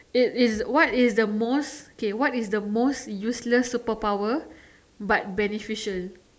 it is what is the most K what is the most useless superpower but beneficial